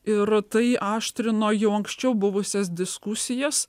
ir tai aštrino jau anksčiau buvusias diskusijas